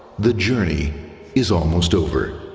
the journey is almost over.